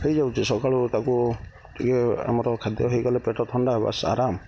ହେଇଯାଉଛି ସକାଳୁ ତାକୁ ଟିକେ ଆମର ଖାଦ୍ୟ ହେଇଗଲେ ପେଟ ଥଣ୍ଡା ବାସ ଆରାମ